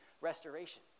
restoration